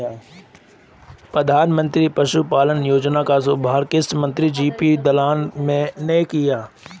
प्रधानमंत्री पशुपालन योजना का शुभारंभ कृषि मंत्री जे.पी दलाल ने किया